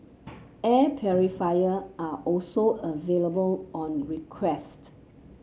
air purifier are also available on request